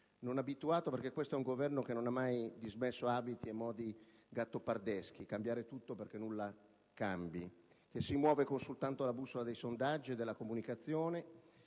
Non è abituato, perché questo Governo non ha mai dismesso gli abiti gattopardeschi: cambiare tutto perché nulla cambi. L'Esecutivo si muove consultando la bussola dei sondaggi e della comunicazione